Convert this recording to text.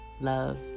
love